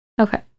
Okay